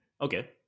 Okay